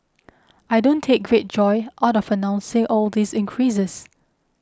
I don't take great joy out of announcing all these increases